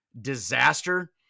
disaster